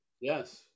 Yes